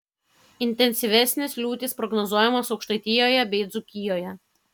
intensyvesnės liūtys prognozuojamos aukštaitijoje bei dzūkijoje